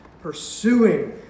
pursuing